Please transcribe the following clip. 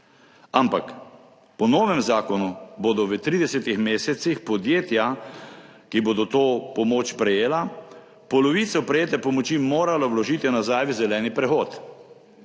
ampak po novem zakonu bodo v 30 mesecih podjetja, ki bodo to pomoč prejela, polovico prejete pomoči morala vložiti nazaj v zeleni prehod.